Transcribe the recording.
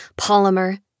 Polymer